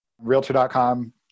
Realtor.com